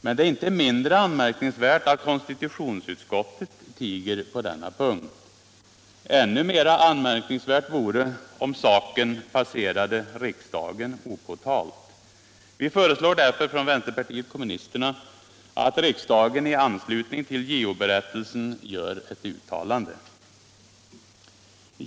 Men det är inte mindre anmärkningsvärt att konstitutionsutskottet tiger på denna punkt. Ännu mera anmärkningsvärt vore om saken passcrade riksdagen opåtalad. Vi föreslår därför från vänsterparliet kommunisterna att riksdagen i anslutning till JO-berättelsen gör ett uttalande.